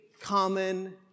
common